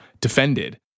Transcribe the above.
defended